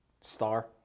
star